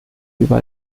über